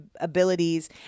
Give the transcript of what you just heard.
abilities